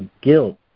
guilt